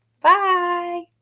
Bye